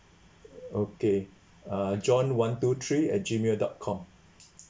okay uh john one two three at G mail dot com